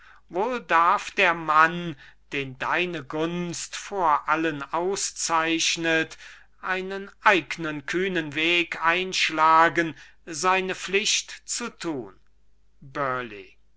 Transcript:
wohl darf der mann den deine gunst vor allen auszeichnet einen eignen kühnen weg einschlagen seine pflicht zu tun